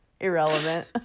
Irrelevant